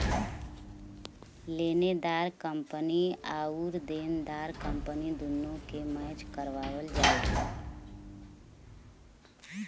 लेनेदार कंपनी आउर देनदार कंपनी दुन्नो के मैच करावल जाला